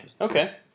Okay